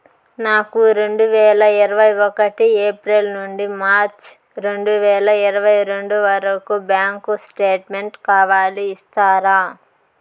నాకు రెండు వేల ఇరవై ఒకటి ఏప్రిల్ నుండి మార్చ్ రెండు వేల ఇరవై రెండు వరకు బ్యాంకు స్టేట్మెంట్ కావాలి ఇస్తారా